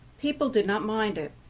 people did not mind it.